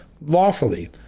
lawfully